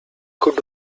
could